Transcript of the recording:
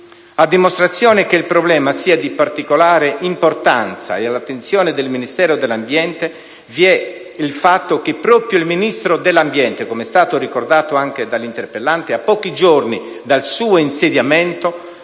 A dimostrazione che il problema sia di particolare importanza e all'attenzione del Ministero dell'ambiente, vi è il fatto che proprio il Ministro dell'ambiente - come è stato ricordato anche dall'interpellante - a pochi giorni dal suo insediamento